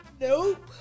Nope